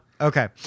okay